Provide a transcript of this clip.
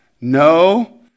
no